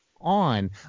on